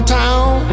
town